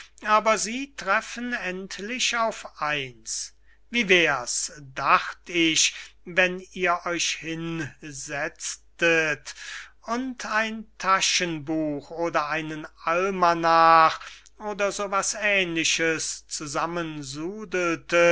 aber sie treffen endlich auf eins wie wär's dacht ich wenn ihr euch hinsetztet und ein taschenbuch oder einen almanach oder so was ähnlichs